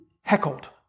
heckled